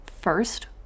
first